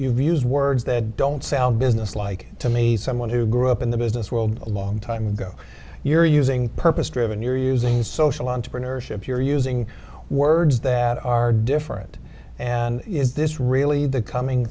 use words that don't sound business like to me someone who grew up in the business world a long time ago you're using purpose driven you're using social entrepreneurship you're using words that are different and this really the coming